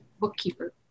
bookkeeper